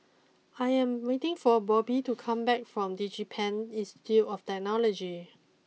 I am waiting for Bobbye to come back from DigiPen Institute of Technology